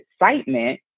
excitement